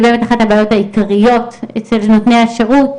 זו בעצם אחת הבעיות המרכזיות של נותני השירות,